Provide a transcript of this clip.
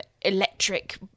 electric